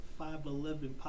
511